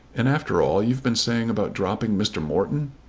and after all you've been saying about dropping mr. morton!